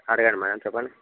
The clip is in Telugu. అడగండి మేడం చెప్పండి